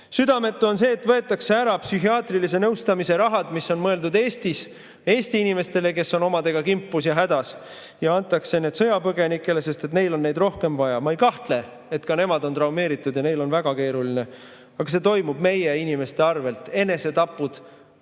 vastu. Südametu on see, et võetakse ära psühhiaatrilise nõustamise raha, mis on mõeldud Eestis Eesti inimestele, kes on omadega kimpus ja hädas, ja antakse see raha sõjapõgenikele, sest neil on seda rohkem vaja. Ma ei kahtle, et ka nemad on traumeeritud ja neil on väga keeruline, aga see toimub meie inimeste arvel. Enesetapud